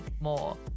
more